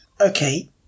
Okay